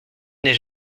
n’est